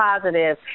positive